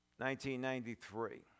1993